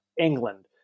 England